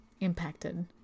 impacted